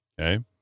okay